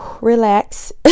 relax